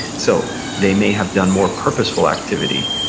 so, they may have done more purposeful activity,